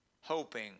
hoping